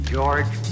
George